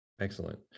Excellent